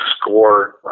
score